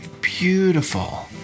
beautiful